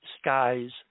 skies